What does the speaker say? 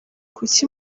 kuki